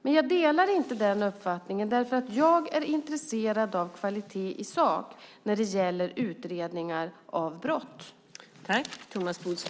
Men jag delar inte den uppfattningen, därför att jag är intresserad av kvalitet i sak när det gäller utredningar av brott.